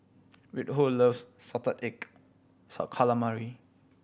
Reinhold loves salted egg calamari